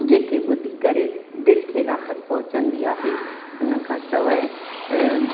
जेके ॿुधी करे दिलि खे राहत पहुचंदी आहे हुन खां सवाइ